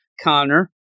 connor